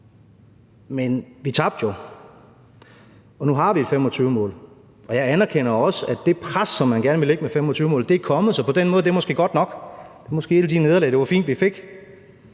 Men vi tabte jo, og nu har vi et 2025-mål, og jeg anerkender også, at det pres, som man gerne vil lægge med 2025-målet, er kommet, så på den måde er det måske godt nok; det er måske et af de nederlag, det var fint vi fik.